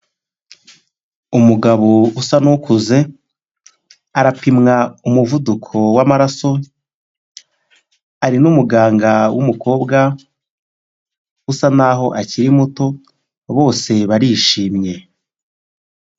Umugabo usa n'ukuze arapimwa umuvuduko w'amaraso ari n'umuganga w'umukobwa usa n'aho akiri muto, bose barishimye.